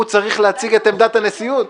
הוא צריך להציג את עמדת הנציגות.